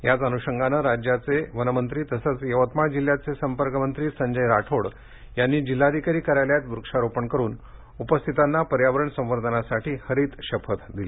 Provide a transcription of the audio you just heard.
याच अनुषंगानं राज्याचे वनं भुकंप पुनर्वसन मंत्री तसच जिल्ह्याचे संपर्कमंत्री संजय राठोड यांनी जिल्हाधिकारी कार्यालयात वृक्षारोपण करून उपस्थितांना पर्यावरण संवर्धनासाठी हरीत शपथ दिली